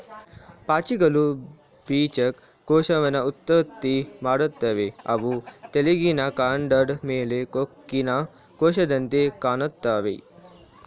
ಪಾಚಿಗಳು ಬೀಜಕ ಕೋಶವನ್ನ ಉತ್ಪತ್ತಿ ಮಾಡ್ತವೆ ಅವು ತೆಳ್ಳಿಗಿನ ಕಾಂಡದ್ ಮೇಲೆ ಕೊಕ್ಕಿನ ಕೋಶದಂತೆ ಕಾಣ್ತಾವೆ